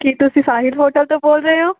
ਕੀ ਤੁਸੀਂ ਸਾਹਿਲ ਹੋਟਲ ਤੋਂ ਬੋਲ ਰਹੇ ਓਂ